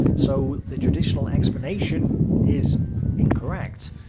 so the traditional explanation is incorrect.